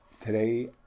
today